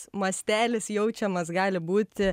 mastelis jaučiamas gali būti